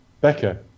Becca